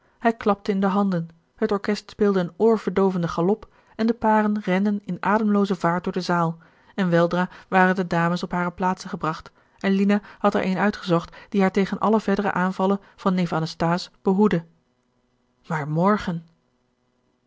hij klapte in de handen het orchest speelde een oorverdoovenden galop en de paren renden in ademlooze vaart door de zaal en weldra waren de dames op hare plaatsen gebracht en lina had er eene uitgezocht die haar tegen alle verdere aanvallen van neef anasthase behoedde maar morgen